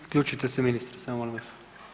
Isključite se, ministre, samo molim vas.